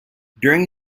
during